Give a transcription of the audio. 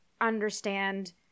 understand